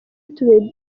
tubiri